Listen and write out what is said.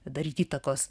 daryt įtakos